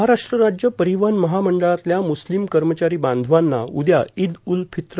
महाराष्ट्र राज्य परिवहन महामंडळातल्या मुस्लिम कर्मचारी बांधवांना उदया ईद उल फित्र